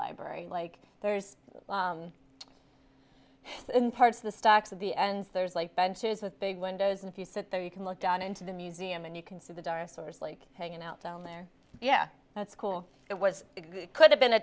library like there's in parts of the stocks of the ends there's like benches with big windows if you sit there you can look down into the museum and you can see the dinosaurs like hanging out down there yeah that's cool it was it could have been a